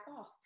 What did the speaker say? off